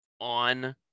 on